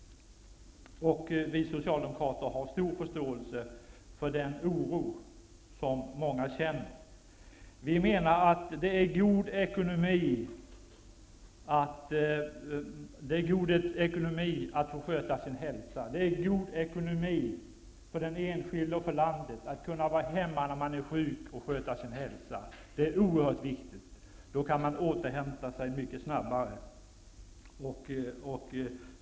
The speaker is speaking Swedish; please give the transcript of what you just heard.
Vi socialdemokrater har stor förståelse för den oro som många känner. Det är god ekonomi att få sköta sin hälsa. Det är god ekonomi för den enskilde och för landet att kunna vara hemma och sköta sin hälsa när man är sjuk. Det är oerhört viktigt. Då kan man återhämta sig mycket snabbare.